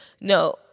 No